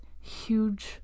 huge